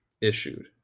issued